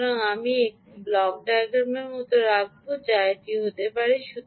সুতরাং আমি এটি কেবল একটি ব্লক ডায়াগ্রামের মতো রাখব যা এটি হতে পারে